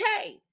okay